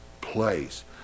place